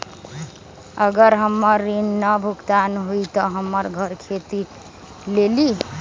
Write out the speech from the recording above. अगर हमर ऋण न भुगतान हुई त हमर घर खेती लेली?